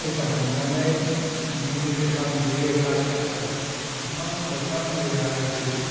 अजा हमनानै जों मुलि गोथां देयो गास गासाय दंफां लाइफां रोदा रोदि